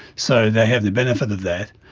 so they have the benefit of that.